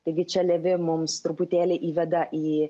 taigi čia levi mums truputėlį įveda į